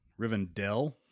Rivendell